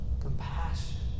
compassion